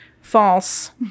False